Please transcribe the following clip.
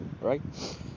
right